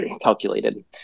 calculated